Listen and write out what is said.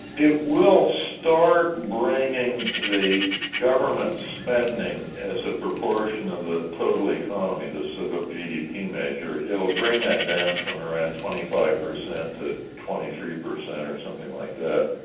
it will start bringing the government spending as a proportion of the total economy-this so-called gdp measure-it'll bring that down from around twenty five per cent to twenty three per cent, or something like that.